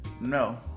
no